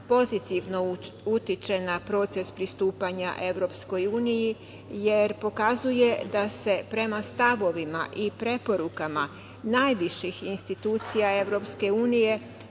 pozitivno utiče na proces pristupanja EU jer pokazuje da se prema stavovima i preporukama najviših institucija EU